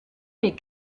mes